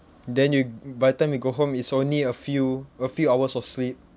then you g~ by the time you go home it's only a few a few hours of sleep